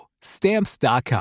Stamps.com